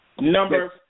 Number